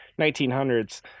1900s